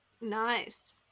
nice